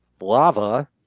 lava